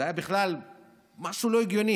זה היה בכלל משהו לא הגיוני.